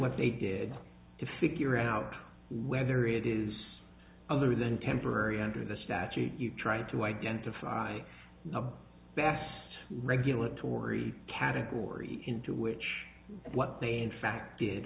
what they did to figure out whether it is other than temporary under the statute you've tried to identify a vast regulatory category into which what they in fact